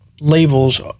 labels